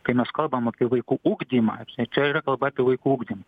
kai mes kalbam apie vaikų ugdymą čia yra kalba apie vaikų ugdymą